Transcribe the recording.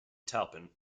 taupin